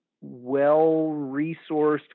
well-resourced